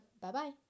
bye-bye